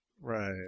Right